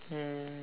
mm